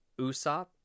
Usopp